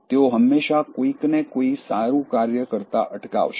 તેઓ હંમેશાં કોઈકને કોઈ સારું કાર્ય કરતા અટકાવશે